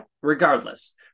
regardless